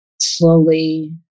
slowly